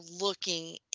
looking